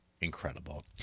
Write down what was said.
incredible